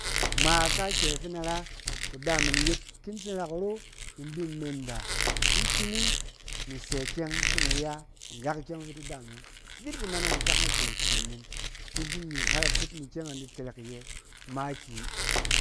Ngma kaakyɛ fin in da ra, kudaamꞌin yet ki in tsin ra kuro, ni bin menda. ki in shiming ni in sɛ ikyɛng fin in da ya, ngak ikyɛng fi di daam e yɔng. Vit kunanang kukak naton ice min, fi in ki in yiring har atut ikyɛng e di tɛrɛk iyɛ makiyi.